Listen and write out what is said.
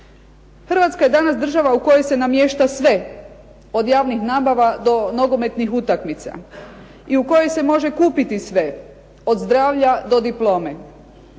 Hrvatska je danas država u kojoj se namješta sve, od javnih nabava, do nogometnih utakmica, i u kojoj se može kupiti sve, od zdravlja do diplome.